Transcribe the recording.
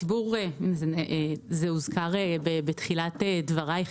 זה הוזכר בתחילת דברייך,